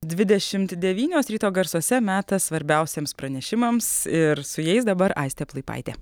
dvidešimt devynios ryto garsuose metas svarbiausiems pranešimams ir su jais dabar aistė plaipaitė